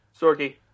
Sorky